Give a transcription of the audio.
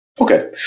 Okay